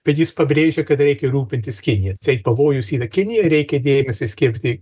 bet jis pabrėžė kad reikia rūpintis kinija atseit pavojus yra kinija reikia dėmesį skirti